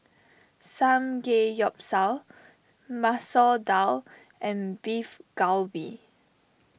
Samgeyopsal Masoor Dal and Beef Galbi